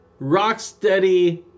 Rocksteady